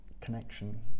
connection